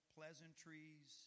Pleasantries